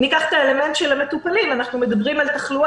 ויש את האלמנט של המטופלים אנחנו מדברים על תחלואה